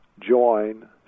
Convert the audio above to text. join